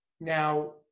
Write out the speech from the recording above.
Now